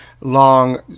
long